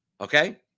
Okay